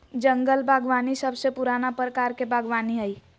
जंगल बागवानी सबसे पुराना प्रकार के बागवानी हई